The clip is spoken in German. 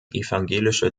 evangelische